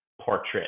portrait